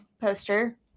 poster